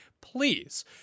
please